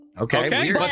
Okay